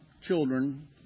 children